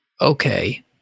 Okay